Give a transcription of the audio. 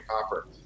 copper